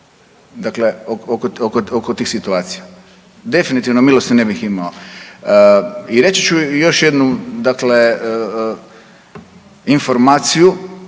Dakle oko tih situacija, definitivno milosti ne bih imao. I reći ću još jednu dakle informaciju